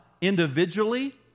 individually